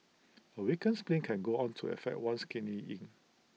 A weakened spleen can go on to affect one's Kidney Yin